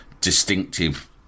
distinctive